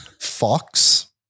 Fox